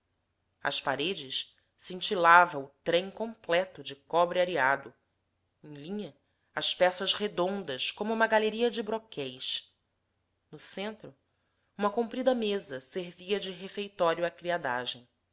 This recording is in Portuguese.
às paredes cintilava o trem completo de cobre areado em linha as peças redondas como uma galeria de broquéis no centro uma comprida mesa servia de refeitório à criadagem